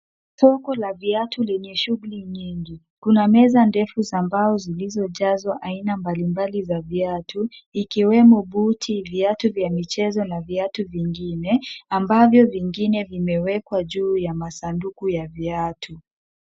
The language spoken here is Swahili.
Soko la viatu lenye shughuli nyingi. Kuna meza ndefu za mbao zilizojazwa aina mbalimbali za viatu ikiwemo buti, viatu vya michezo na viatu vingine ambavyo vingine vinewekwa juu ya masanduku ya viatu.